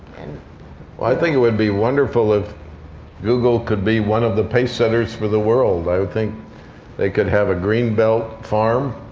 and i think it would be wonderful if google could be one of the pace setters for the world. i think they could have a green belt farm